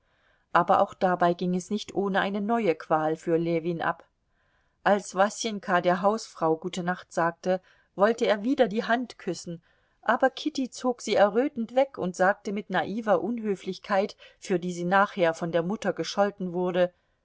aber auch dabei ging es nicht ohne eine neue qual für ljewin ab als wasenka der hausfrau gute nacht sagte wollte er wieder die hand küssen aber kitty zog sie errötend weg und sagte mit naiver unhöflichkeit für die sie nachher von der mutter gescholten wurde